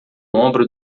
ombro